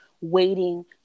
waiting